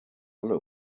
alle